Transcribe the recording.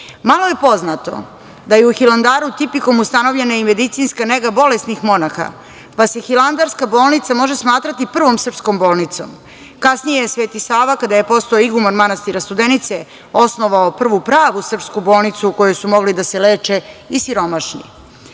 je poznato da je u Hilandaru tipikom ustanovljena i medicinska nega bolesnih monaha, pa se hilandarska bolnica može smatrati prvom srpskom bolnicom. Kasnije je Sveti Sava, kada je postao iguman manastira Studenica, osnovao prvu pravu srpsku bolnicu u kojoj su mogli da se leče i